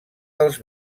dels